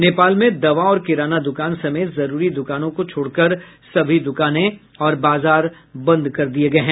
नेपाल में दवा और किराना दुकान समेत जरूरी दुकानों को छोड़कर सभी दुकानें और बाजार बंद कर दी गई है